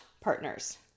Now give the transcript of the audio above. partners